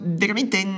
veramente